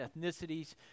ethnicities